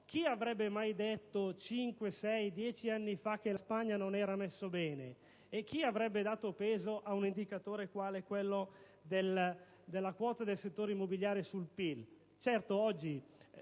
chi avrebbe mai detto cinque, sei o dieci anni fa che la Spagna non era messa bene? E chi avrebbe dato peso ad un indicatore come quello della quota del settore immobiliare sul PIL?